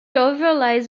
overlies